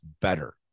better